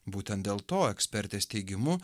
būtent dėl to ekspertės teigimu